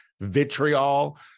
vitriol